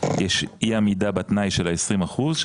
יש אי עמידה בתנאי של ה-20 אחוזים,